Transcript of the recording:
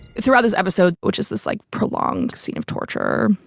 throughout this episode which is this like prolonged scene of torture.